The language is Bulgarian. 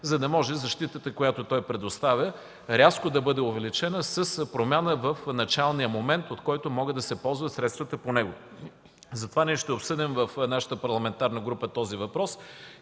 за да може защитата, която той предоставя, рязко да бъде увеличена с промяна в началния момент, от който могат да се ползват средствата по него. В нашата парламентарна група ще обсъдим